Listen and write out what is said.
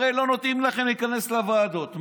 הרי לא נותנים לכם להיכנס לוועדות,